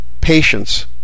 patience